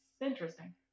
interesting